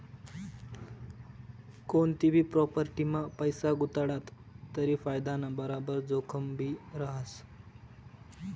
कोनतीभी प्राॅपटीमा पैसा गुताडात तरी फायदाना बराबर जोखिमभी रहास